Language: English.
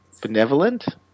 benevolent